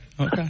okay